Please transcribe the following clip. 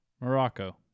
Morocco